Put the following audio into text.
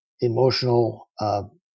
emotional